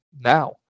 now